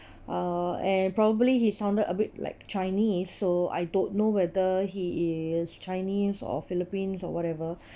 uh and probably he sounded a bit like chinese so I don't know whether he is chinese or philippines or whatever